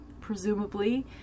presumably